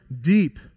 deep